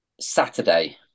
Saturday